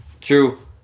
True